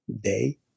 day